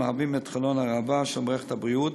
המהווים את חלון הראווה של מערכת הבריאות.